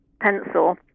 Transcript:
pencil